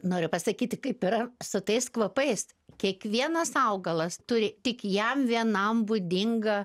noriu pasakyti kaip yra su tais kvapais kiekvienas augalas turi tik jam vienam būdingą